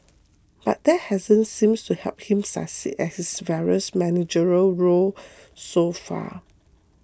but that hasn't seemed to help him succeed at his various managerial role so far